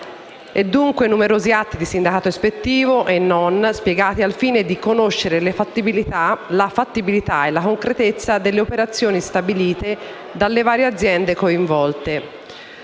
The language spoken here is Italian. e dunque numerosi atti di sindacato ispettivo, e non, sono stati presentati al fine di conoscere la fattibilità e la concretezza delle operazioni stabilite dalle varie aziende coinvolte.